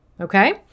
okay